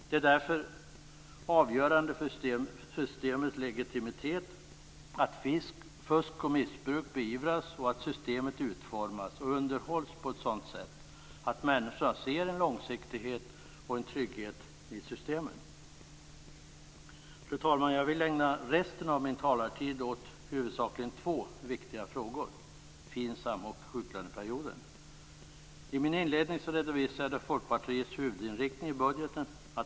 Det är därför avgörande för systemens legitimitet att fusk och missbruk beivras och att systemen utformas och underhålls på ett sådant sätt att människorna ser en långsiktighet och en trygghet i systemen. Fru talman! Jag vill ägna resten av min taletid åt huvudsakligen två viktiga frågor, FINSAM och sjuklöneperioden. I min inledning redovisade jag Folkpartiets huvudinriktning i budgeten.